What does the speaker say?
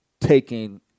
taking